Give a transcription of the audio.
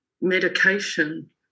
Medication